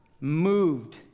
Moved